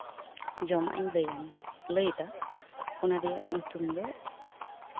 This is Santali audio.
ᱡᱚᱢᱟᱜ ᱤᱧ ᱞᱟᱹᱭᱫᱟ ᱚᱱᱟ ᱨᱮᱭᱟᱜ ᱧᱩᱛᱩᱢ ᱫᱚ